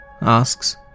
asks